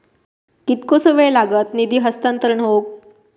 कितकोसो वेळ लागत निधी हस्तांतरण हौक?